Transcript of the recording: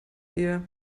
ihr